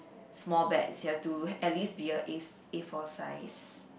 small bags you have to at least be a a~ A-four size